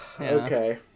Okay